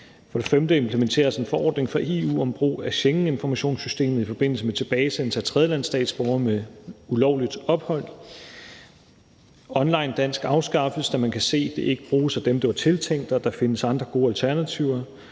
Desuden implementeres en forordning fra EU om brug af Schengeninformationssystemet i forbindelse med tilbagesendelse af tredjelandsstatsborgere med ulovligt ophold. Online Dansk afskaffes, da man kan se, at det ikke bruges af dem, det var tiltænkt, og da der findes andre gode alternativer.